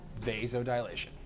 vasodilation